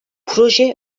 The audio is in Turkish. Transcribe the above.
proje